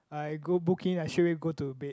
I go book in I straight away go to bed